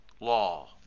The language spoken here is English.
law